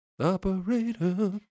Operator